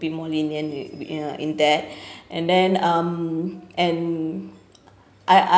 be more lenient uh uh in that and then um and I I